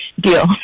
Deal